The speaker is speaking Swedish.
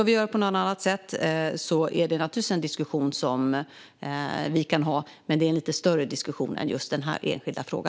Vi kan naturligtvis ha en diskussion om att göra på något annat sätt, men den är lite större än diskussionen om denna enskilda fråga.